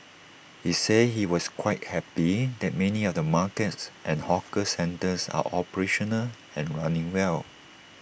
he said he was quite happy that many of the markets and hawker centres are operational and running well